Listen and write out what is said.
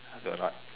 I will not